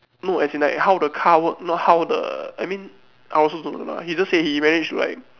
no as in like how the car work not how the I mean I also don't know lah he just say he managed to like